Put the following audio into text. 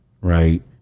right